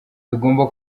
tugomba